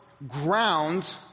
Ground